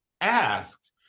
asked